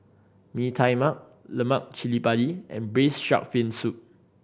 Mee Tai Mak Lemak Cili Padi and Braised Shark Fin Soup